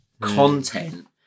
content